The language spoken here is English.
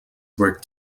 were